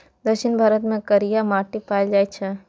दक्षिण भारत मे करिया माटि पाएल जाइ छै